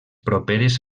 properes